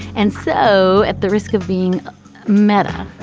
and so at the risk of being meta,